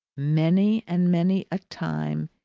many and many a time,